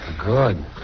Good